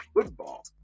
football